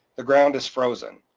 the ground is frozen.